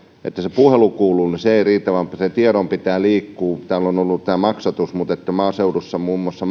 että puhelu kuuluu ei riitä vaan sen tiedon pitää liikkua täällä on ollut esillä tämä maksatus mutta maaseudulla muun muassa